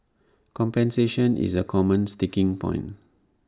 compensation is A common sticking point